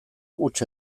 huts